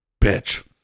bitch